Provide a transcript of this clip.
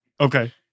okay